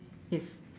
yes